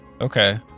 Okay